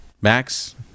Max